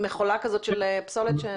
מכולה של פסולת?